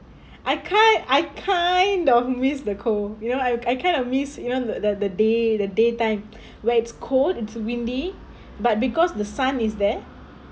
I kind I kind of miss the cold you know I I kind of miss even though the the day the daytime raids cold into windy but because the sun is there